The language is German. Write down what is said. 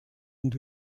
und